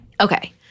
Okay